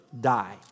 die